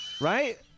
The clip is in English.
right